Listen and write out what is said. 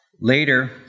Later